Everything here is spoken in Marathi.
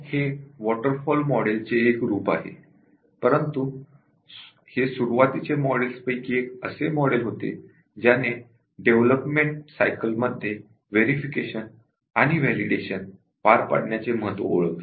हे वॉटर फॉल मॉडेल चे एक रूप आहे परंतु हे सुरवातीचे मॉडेल्सपैकी एक असे मॉडेल होते ज्याने डेव्हलपमेंट सायकल मध्ये व्हेरिफिकेशन आणि व्हॅलिडेशन पार पाडण्याचे महत्त्व ओळखले